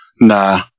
nah